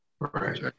Right